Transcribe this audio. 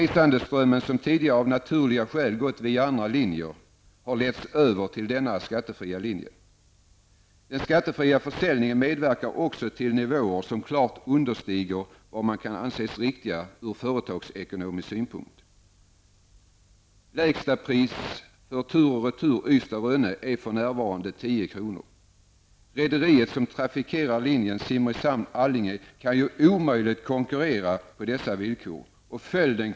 Resandeströmmen, som tidigare av naturliga skäl gått via andra linjer, har letts över till denna linje med skattefri försäljning. Den skattefria försäljningen medverkar också till nivåer som klart understiger vad som kan anses riktigt ur företagsekonomisk synpunkt. Lägsta pris för en tur och-returresa Ystad--Rönne är för närvarande 10 kr. Rederiet som trafikerar linjen Simrishamn--Allinge kan omöjligen konkurrera på dessa villkor.